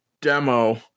demo